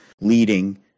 leading